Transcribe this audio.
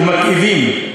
ומכאיבים.